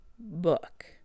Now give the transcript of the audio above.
book